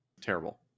terrible